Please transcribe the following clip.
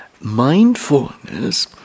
mindfulness